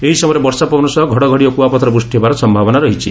ଏହି ସମୟରେ ବର୍ଷା ପବନ ସହ ଘଡ଼ଘଡ଼ି ଓ କୁଆପଥର ବୃଷ୍ଟି ହେବାର ସୟାବନା ରହିଛି